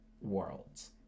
worlds